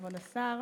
כבוד השר,